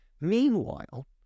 meanwhile